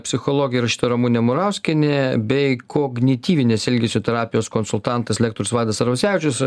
psichologė rašytoja ramunė murauskienė bei kognityvinės elgesio terapijos konsultantas lektorius vaidas arvasevičius